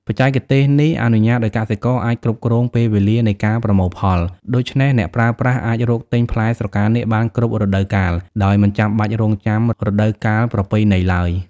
បច្ចេកទេសនេះអនុញ្ញាតឱ្យកសិករអាចគ្រប់គ្រងពេលវេលានៃការប្រមូលផល ដូច្នេះអ្នកប្រើប្រាស់អាចរកទិញផ្លែស្រកានាគបានគ្រប់រដូវកាល ដោយមិនចាំបាច់រង់ចាំរដូវកាលប្រពៃណីឡើយ។